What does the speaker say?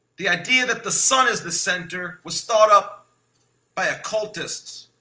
the idea that the sun is the centre was thought up by occultists.